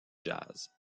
jazz